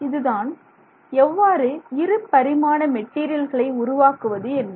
இதுதான் எவ்வாறு இருபரிமாண மெட்டீரியல்களை உருவாக்குவது என்பது